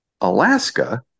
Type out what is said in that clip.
alaska